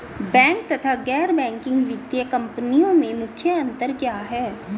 Bank तथा गैर banking वित्तीय कंपनियों में मुख्य अंतर क्या है?